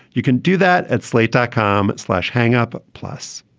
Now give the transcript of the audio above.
you can do that at slate dot com. slash hang up. plus